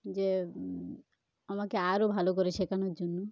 যে আমাকে আরও ভালো করে শেখানোর জন্য